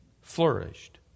flourished